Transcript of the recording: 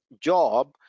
job